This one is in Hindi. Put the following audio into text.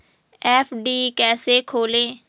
एफ.डी कैसे खोलें?